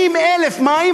80,000 שקלים למים,